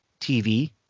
TV